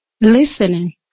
listening